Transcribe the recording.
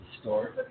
store